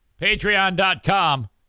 Patreon.com